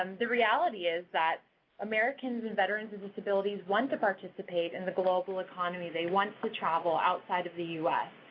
um the reality is that americans and veterans with disabilities want to participate in the global economy. they want to travel outside of the u s.